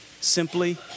simply